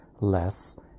less